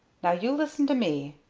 now you listen to me,